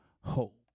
hope